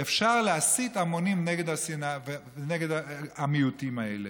אפשר להסית המונים נגד המיעוטים האלה.